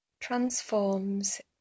transforms